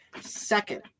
Second